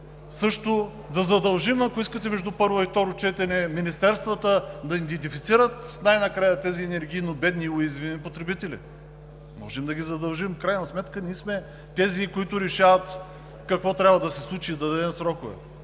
също да задължим, ако искате между първо и второ четене, министерствата да идентифицират най-накрая тези енергийно бедни и уязвими потребители, можем да ги задължим. В крайна сметка ние сме тези, които решават какво трябва да се случи и да дадем срокове.